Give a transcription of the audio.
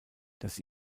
das